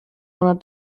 monat